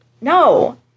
No